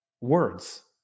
words